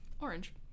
Orange